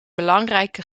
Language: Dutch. belangrijke